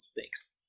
Thanks